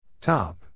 top